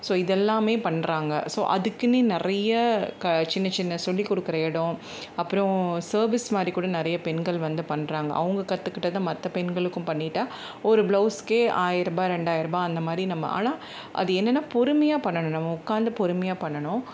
so இதெல்லாமே பண்ணுறாங்க so அதுக்கின்னே நிறைய க சின்ன சின்ன சொல்லி கொடுக்கிற இடோம் அப்புறம் சர்வீஸ் மாதிரி கூட நிறைய பெண்கள் வந்து பண்ணுறாங்க அவங்க கற்றுக்கிட்டத மற்ற பெண்களுக்கும் பண்ணிட்ட ஒரு ப்ளவுஸ்க்கே ஆயிர ரூபாய் இரண்டாயிர ரூபாய் அந்த மாதிரி நம்ம ஆனால் அது என்னெனா பொறுமையாக பண்ணணும் நம்ம உட்காந்து பொறுமையாக பண்ணணும்